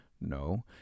No